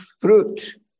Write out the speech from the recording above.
fruit